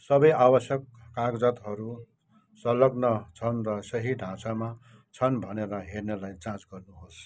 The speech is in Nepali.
सबै आवश्यक कागजातहरू संलग्न छन् र सही ढाँचामा छन् भनेर हेर्नलाई जाँच गर्नुहोस्